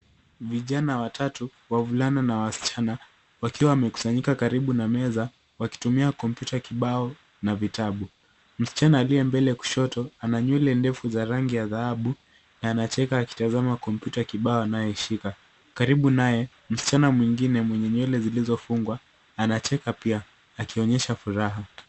Vijana watatu, wavulana na wasichana wakiwa wamekusanyika karibu na meza wakitumia kompyuta kibao na vitabu. Msichana aliye mbele ya kushoto ana nywele ndefu za rangi ya dhahabu na anacheka akitazama kompyuta kibao anayoishika. Karibu naye, msichana mwingine mwenye nywele zilizofungwa anacheka pia akionyesha furaha.